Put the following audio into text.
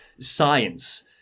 science